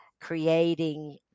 creating